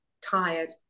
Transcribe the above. tired